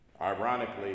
ironically